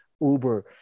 Uber